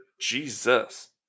Jesus